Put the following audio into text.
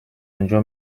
انجا